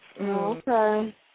Okay